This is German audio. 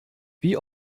wie